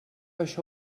això